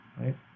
right